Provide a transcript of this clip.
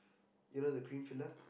you know the cream filler